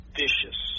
vicious